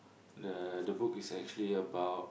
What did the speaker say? the the book is actually about